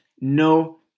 no